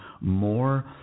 more